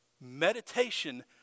Meditation